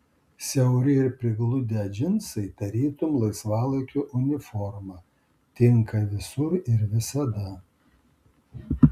siauri ir prigludę džinsai tarytum laisvalaikio uniforma tinka visur ir visada